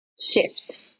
shift